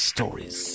Stories